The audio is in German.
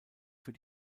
für